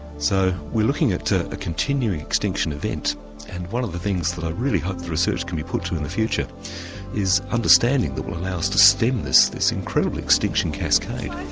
so we're looking at a ah continuing extinction event and one of the things that i really hope the research can be put to in the future is understanding that will allow us to stem this this incredible extinction cascade.